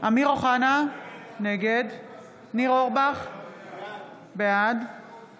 אמיר אוחנה, נגד ניר אורבך, בעד